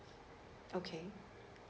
okay